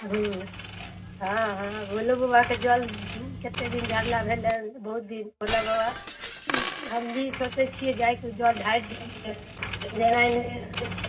हूँ हँ हँ भोलो बाबा के जल केतेक दिन ढारला भेलनि बहुत दिन भोला बाबा हम भी सोचैत छियै जायकेँ जल ढारि दिअनि नहि नारायण नहि मिलैत छथिन